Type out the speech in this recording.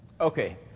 Okay